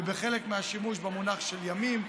ובחלק, במונח "ימים".